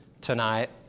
tonight